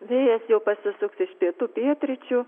vėjas jau pasisuks iš pietų pietryčių